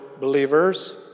believers